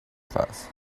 class